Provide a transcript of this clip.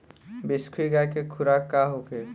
बिसुखी गाय के खुराक का होखे?